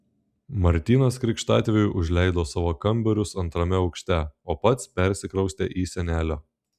martynas krikštatėviui užleido savo kambarius antrame aukšte o pats persikraustė į senelio